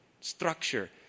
structure